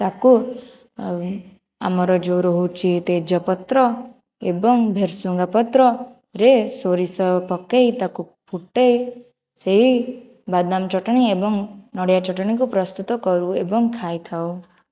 ତାକୁ ଆମର ଯେଉଁ ରହୁଛି ତେଜପତ୍ର ଏବଂ ଭେରଶୁଙ୍ଗା ପତ୍ରରେ ସୋରିଷ ପକାଇ ତାକୁ ଫୁଟାଇ ସେହି ବାଦାମ ଚଟଣି ଏବଂ ନଡ଼ିଆ ଚଟଣିକୁ ପ୍ରସ୍ତୁତ କରୁ ଏବଂ ଖାଇଥାଉ